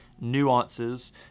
nuances